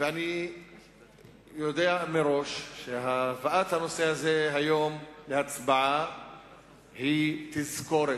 ואני יודע מראש שהבאת הנושא הזה היום להצבעה היא תזכורת.